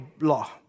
law